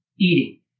Eating